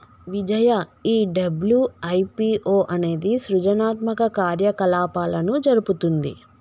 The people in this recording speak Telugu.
విజయ ఈ డబ్ల్యు.ఐ.పి.ఓ అనేది సృజనాత్మక కార్యకలాపాలను జరుపుతుంది